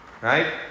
right